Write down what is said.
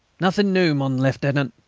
nothing new, mon lieutenant,